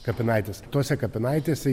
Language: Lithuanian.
kapinaitės tose kapinaitėse